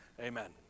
Amen